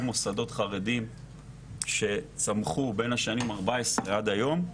מוסדות חרדים שצמחו בין השנים 2014 ועד היום,